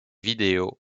vidéos